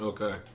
Okay